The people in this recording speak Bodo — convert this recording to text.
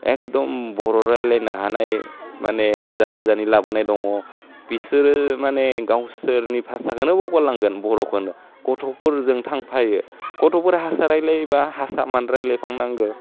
एगदम बर' रायलाइनो हानाय माने गोजान गोजाननि लाबोनाय दङ बिसोरो माने गावसोरनि भासाखौनो बावगारलांगोन बर'खोनो गथ'फोरजों थांफायो गथ'फोर हारसा रायलाइयोबा हारसा माने रायलाइ फांनांगो